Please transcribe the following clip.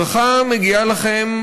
ברכה מגיעה לכם,